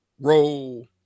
roll